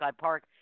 Park